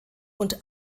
und